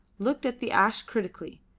looked at the ash critically,